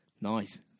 Nice